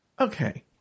Okay